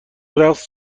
رقص